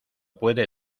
puede